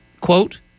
Quote